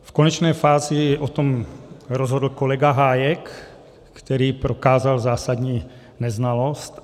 V konečné fázi o tom rozhodl kolega Hájek, který prokázal zásadní neznalost.